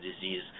disease